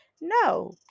No